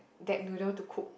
that noodle to cook